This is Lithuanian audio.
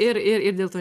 ir ir ir dėl to